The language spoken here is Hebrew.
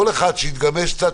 שכל אחד יתגמש קצת,